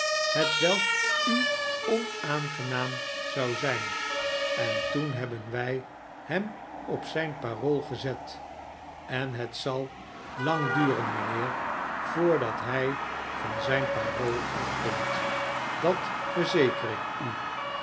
hetwelk u onaangenaam zou zijn en toen hebben wij hem op zijn parool gezet en het zal lang duren mijnheer voordat hij van zijn parool afkomt dat verzeker ik u